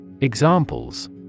Examples